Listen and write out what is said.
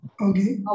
Okay